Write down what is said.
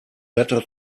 better